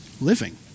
living